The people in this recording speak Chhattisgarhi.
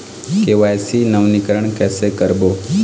के.वाई.सी नवीनीकरण कैसे करबो?